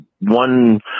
one